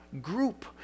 group